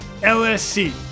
LSC